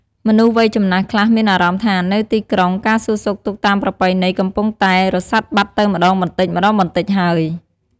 មនុស្សវ័យចំណាស់ខ្លះមានអារម្មណ៍ថា នៅទីក្រុង ការសួរសុខទុក្ខតាមប្រពៃណីកំពុងតែរសាត់បាត់ទៅម្ដងបន្តិចៗហើយ។